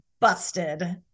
busted